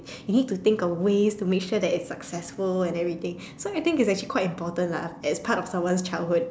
you need to think of ways to make sure that it's successful and everything so I think it's actually quite important lah as part of someone's childhood